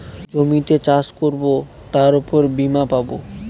জমিতে চাষ করবো তার উপর বীমা পাবো